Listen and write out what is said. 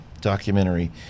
documentary